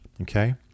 Okay